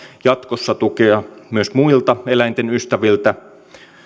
jatkossa tukea myös muilta eläinten ystäviltä